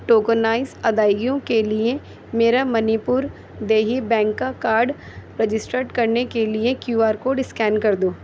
tokenise ادائیگیوں کے لیے میرا منی پور دیہی بینک کا کارڈ رجسٹرڈ کرنے کے لیے کیو آر کوڈ اسکین کر دو